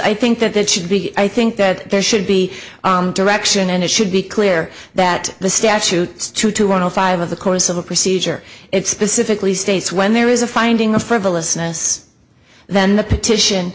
i think that that should be i think that there should be direction and it should be clear that the statutes to to on all five of the course of a procedure it specifically states when there is a finding of frivolousness then the petition